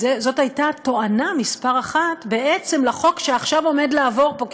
זאת הייתה התואנה מספר אחת בעצם לחוק שעכשיו עומד לעבור פה,